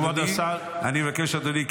אדוני,